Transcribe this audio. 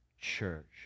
church